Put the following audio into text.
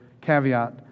caveat